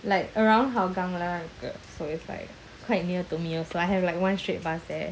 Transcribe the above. like around hougang lah so it's like quite near to me also I have like one straight bus there